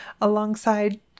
alongside